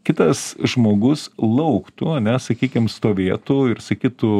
kitas žmogus lauktų ane sakykim stovėtų ir sakytų